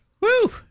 Woo